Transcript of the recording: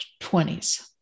20s